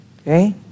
okay